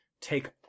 take